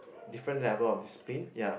different level of discipline ya